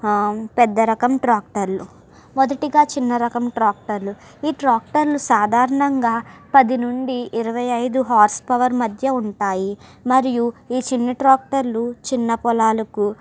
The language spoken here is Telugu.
ఆ పెద్దరకం ట్రాక్టర్లు మొదటిగా చిన్న రకం ట్రాక్టర్లు ఈ ట్రాక్టర్లు సాధారణంగా పది నుండి ఇరవై ఐదు హార్స్ పవర్ మధ్య ఉంటాయి మరియు ఈ చిన్న ట్రాక్టర్లు చిన్న పొలాలకు